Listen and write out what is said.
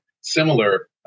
similar